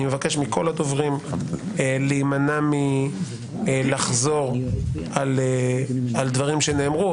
אני מבקש מכל הדוברים להימנע מלחזור על דברים שנאמרו.